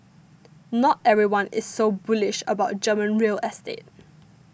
not everyone is so bullish about German real estate